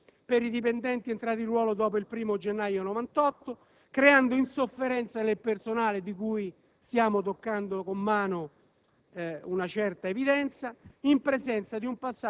che vanno ad appesantire l'irrisolta questione per i dipendenti entrati in ruolo dopo il 1° gennaio 1998, creando un'insofferenza nel personale che è diventata ormai